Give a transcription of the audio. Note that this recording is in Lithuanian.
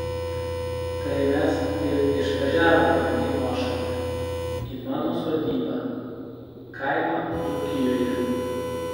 tai mes ir išvažiavome į nuošalę į mano sodybą kaimą dzūkijoje